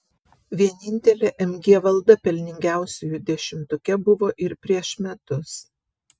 vienintelė mg valda pelningiausiųjų dešimtuke buvo ir prieš metus